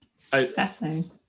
Fascinating